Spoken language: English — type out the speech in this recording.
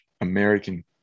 American